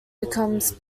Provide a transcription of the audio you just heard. becomes